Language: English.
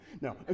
No